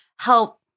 help